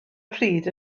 pryd